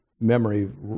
memory